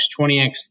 20x